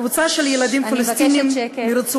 קבוצה של ילדים פלסטינים מרצועת-עזה,